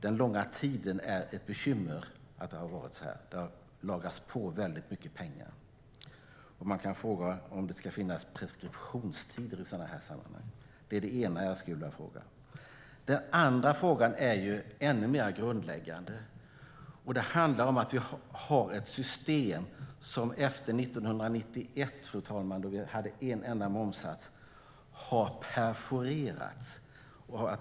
Att det har varit så här under lång tid är ett bekymmer. Det har lagrats mycket pengar. Man kan fråga om det ska finnas preskriptionstider i sådana här sammanhang. Det är det ena jag skulle vilja fråga om. Fru talman! Det andra är ännu mer grundläggande. Det handlar om att vi har ett system som efter 1991, då vi hade en enda momssats, har perforerats.